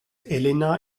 elena